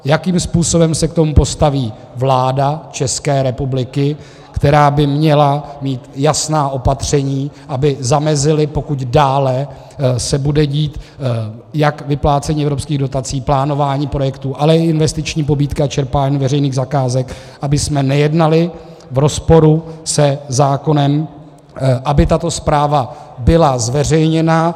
Jakým způsobem se k tomu postaví vláda České republiky, která by měla mít jasná opatření, aby zamezila, pokud dále se bude dít jak vyplácení evropských dotací, plánování projektů, ale i investiční pobídky a čerpání veřejných zakázek, abychom nejednali v rozporu se zákonem, aby tato zpráva byla zveřejněna.